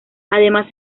además